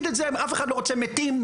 אף אחד לא רוצה מתים.